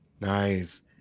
Nice